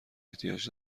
احتیاج